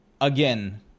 again